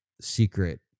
secret